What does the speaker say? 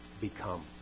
become